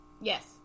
Yes